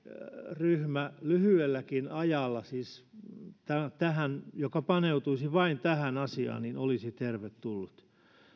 ryhmä lyhyelläkin ajalla siis joka paneutuisi vain tähän asiaan olisi tervetullut